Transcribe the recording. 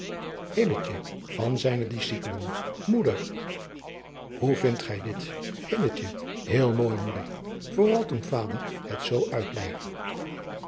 van zijne discipelen moeder hoe vindt gij dit hill heel mooi moeder vooral toen vader het zoo uitleî